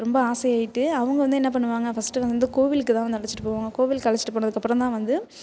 ரொம்ப ஆசையாகிட்டு அவங்க வந்து என்ன பண்ணுவாங்க ஃபஸ்ட்டு வந்து கோவிலுக்குதான் வந்து அழைச்சிட்டு போவாங்க கோவிலுக்கு அழைச்சிட்டு போனதுக்கப்புறந்தான் வந்து